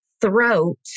throat